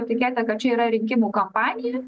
etiketę kad čia yra rinkimų kampanija